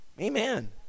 Amen